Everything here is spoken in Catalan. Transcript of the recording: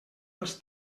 els